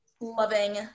loving